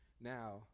Now